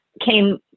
came